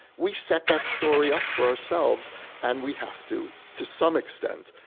we set that story up for ourselves and we have to, to some extent,